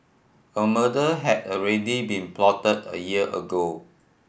a murder had already been plotted a year ago